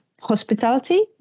hospitality